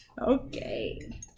Okay